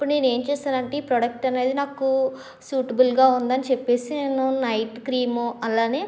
అప్పుడు నేను ఏం చేసాను అంటే ఈ ప్రోడక్ట్ అనేది నాకు సూటబుల్గా ఉందని చెప్పేసి నేను నైట్ క్రీమ్ అలానే